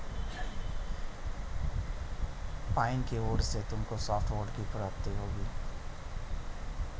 pine के पेड़ से तुमको सॉफ्टवुड की प्राप्ति होगी